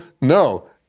no